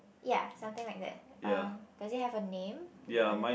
ya something like that um does it have a name for your